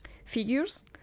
figures